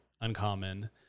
uncommon